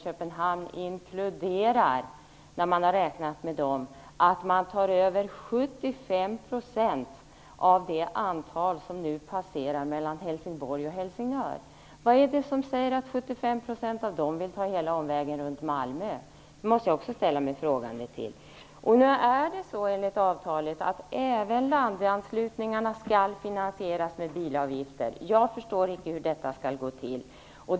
Köpenhamn inkluderar 75 % av det antal bilar som nu passerar mellan Helsingborg och Helsingör. Vad är det som säger att 75 % av dem vill ta hela omvägen runt Malmö? Det måste jag också ställa mig frågande till. Enligt avtalet skall även landanslutningarna finansieras med bilavgifter. Jag förstår icke hur detta skall gå till.